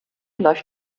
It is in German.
läuft